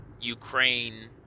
Ukraine